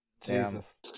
Jesus